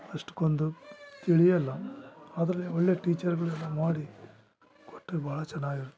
ಅಷ್ಟೊಂದು ತಿಳಿಯೋಲ್ಲ ಆದರೆ ಒಳ್ಳೆಯ ಟೀಚರ್ಗಳೆಲ್ಲ ಮಾಡಿ ಕೊಟ್ಟರೆ ಭಾಳ ಚೆನ್ನಾಗಿರುತ್ತದೆ